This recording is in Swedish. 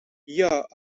jag